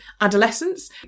adolescence